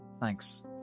thanks